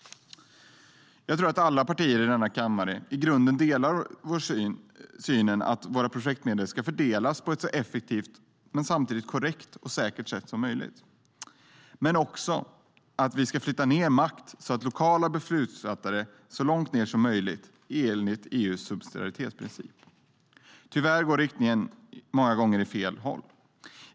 Jag tror att alla partier i denna kammare i grunden delar synen att våra projektmedel ska fördelas på ett så effektivt men samtidigt korrekt och säkert sätt som möjligt. Det handlar också om att vi ska flytta makt till lokala beslutsfattare så långt ned som möjligt, enligt EU:s subsidiaritetsprincip. Tyvärr går riktningen många gånger åt fel håll.